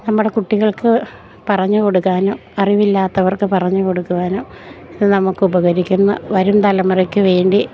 നമ്മുടെ കുട്ടികൾക്ക് പറഞ്ഞ് കൊടുക്കാനും അറിവില്ലാത്തവർക്ക് പറഞ്ഞ് കൊടുക്കുവാനും ഇത് നമുക്കുപകരിക്കുന്ന വരും തലമുറയ്ക്ക് വേണ്ടി